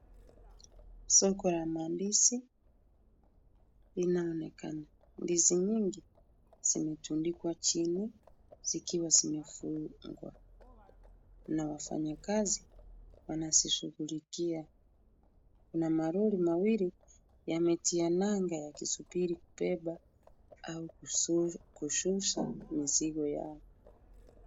Soko ya mandizi inaonekana. Ndizi nyingi zimetundikwa chini zikiwa zimefungwa na wafanyakazi wanazishughulikia na malori mawili yametia nanga yakisubiri kubeba au kushusha mizigo yao.